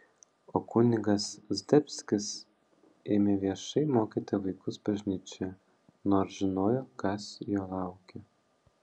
o kunigas zdebskis ėmė viešai mokyti vaikus bažnyčioje nors žinojo kas jo laukia